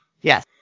Yes